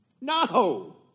No